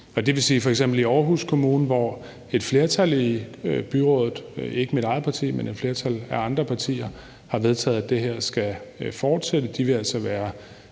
at de i Aarhus Kommune, hvor et flertal i byrådet – altså ikke med mit eget parti, men af andre partier – har vedtaget, at det her skal fortsætte, vil være